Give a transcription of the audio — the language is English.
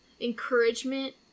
encouragement